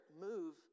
move